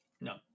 no